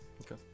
okay